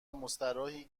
مستراحی